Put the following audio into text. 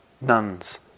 nuns